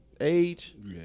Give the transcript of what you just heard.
age